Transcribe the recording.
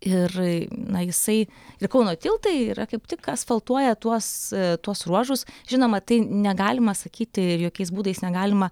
ir na jisai ir kauno tiltai yra kaip tik asfaltuoja tuos tuos ruožus žinoma tai negalima sakyti ir jokiais būdais negalima